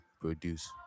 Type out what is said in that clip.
produce